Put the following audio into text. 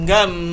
Gam